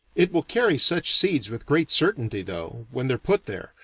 it will carry such seeds with great certainty, though, when they're put there,